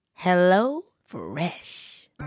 HelloFresh